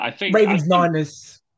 Ravens-Niners